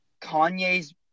Kanye's